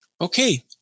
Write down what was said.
Okay